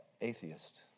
atheist